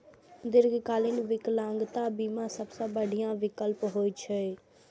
दीर्घकालीन विकलांगता बीमा सबसं बढ़िया विकल्प होइ छै